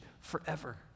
forever